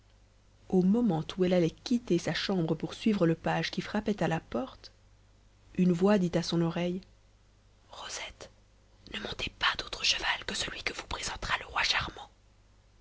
au moment où elle allait quitter sa chambre pour suivre le page qui frappait à la porte une voix dit à son oreille rosette ne montez pas d'autre cheval que celui que vous présentera le roi charmant